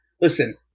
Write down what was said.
Listen